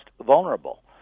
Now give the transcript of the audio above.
vulnerable